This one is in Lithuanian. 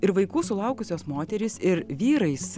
ir vaikų sulaukusios moterys ir vyrais